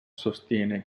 sostiene